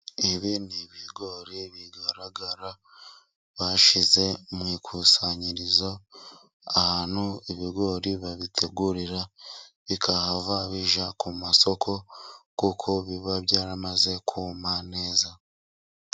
Ibi ni ibigori bigaragara bashyize mu ikusanyirizo, ahantu ibigori babitegurira, bikahava bijya ku masoko kuko biba byaramaze kuma neza.